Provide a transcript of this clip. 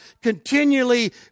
continually